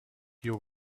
your